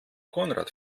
konrad